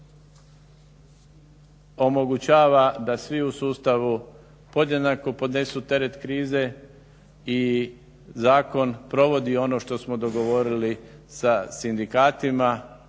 omogućava da svi u sustavu podjednako podnesu teret krize i zakon provodi ono što smo dogovorili sa sindikatima.